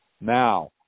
Now